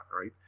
right